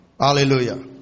Hallelujah